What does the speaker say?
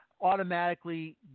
automatically